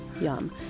Yum